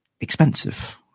expensive